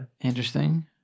Interesting